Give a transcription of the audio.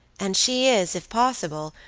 and she is, if possible,